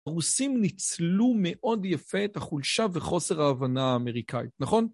הרוסים ניצלו מאוד יפה את החולשה וחוסר ההבנה האמריקאית, נכון?